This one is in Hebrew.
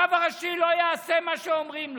הרב הראשי לא יעשה מה שאומרים לו.